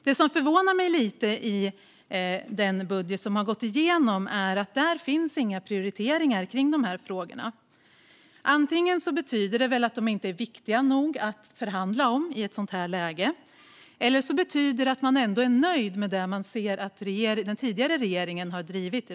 Det som förvånar mig lite i den budget som har gått igenom är att det där inte finns några prioriteringar för dessa frågor. Antingen betyder det att frågorna i detta läge inte är viktiga nog att förhandla om, eller så är man nöjd med det arbete den tidigare regeringen har gjort.